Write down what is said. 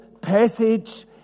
passage